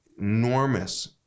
enormous